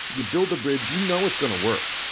you build a bridge. you know it's going to work.